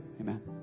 Amen